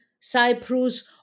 Cyprus